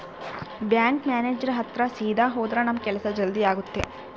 bank manager ಹತ್ರ ಸೀದಾ ಹೋದ್ರ ನಮ್ ಕೆಲ್ಸ ಜಲ್ದಿ ಆಗುತ್ತೆ